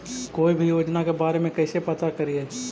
कोई भी योजना के बारे में कैसे पता करिए?